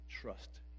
trust